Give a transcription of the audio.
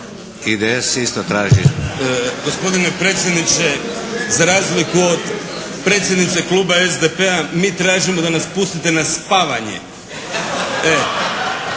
Damir (IDS)** Gospodine predsjedniče, za razliku od predsjednice kluba SDP-a mi tražimo da nas pustite na spavanje